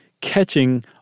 catching